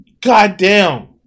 goddamn